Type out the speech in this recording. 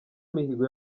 mihigo